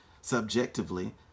subjectively